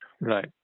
Right